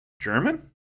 German